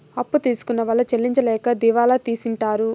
అప్పు తీసుకున్న వాళ్ళు చెల్లించలేక దివాళా తీసింటారు